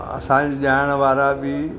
असांजी ॼाण वारा बि